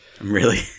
really-